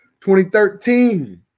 2013